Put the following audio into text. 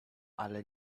ale